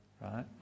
right